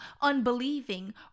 unbelieving